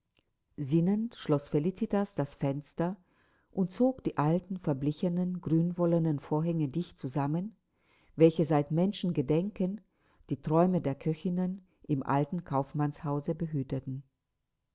sinnend schloß felicitas das fenster und zog die alten verblichenen grünwollenen vorhänge dicht zusammen welche seit menschengedenken die träume der köchinnen im alten kaufmannshause behüteten